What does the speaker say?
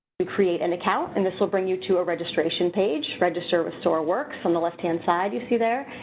to create an account. and this will bring you to a registration page. register with soar works on the left-hand side you see there.